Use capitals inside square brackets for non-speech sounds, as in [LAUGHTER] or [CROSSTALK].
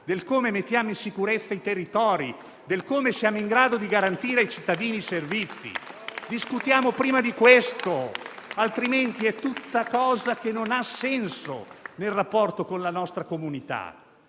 di come mettiamo in sicurezza i territori, di come siamo in grado di garantire i servizi ai cittadini. [APPLAUSE] Discutiamo prima di questo, altrimenti tutto ciò non ha senso nel rapporto con la nostra comunità.